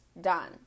done